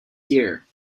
here